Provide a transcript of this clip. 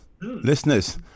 listeners